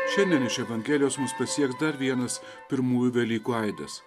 šiandien iš evangelijos mus pasieks dar vienas pirmųjų velykų aidas